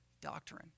doctrine